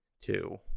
two